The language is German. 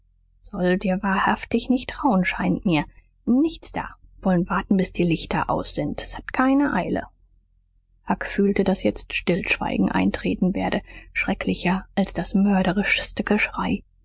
sollt dir wahrhaftig nicht trauen scheint mir nichts da wollen warten bis die lichter aus sind s hat keine eile huck fühlte daß jetzt stillschweigen eintreten werde schrecklicher als das mörderischste geschrei